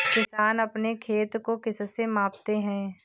किसान अपने खेत को किससे मापते हैं?